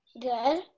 Good